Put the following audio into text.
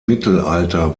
mittelalter